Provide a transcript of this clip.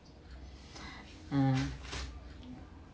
um